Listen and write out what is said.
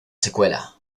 secuela